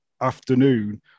afternoon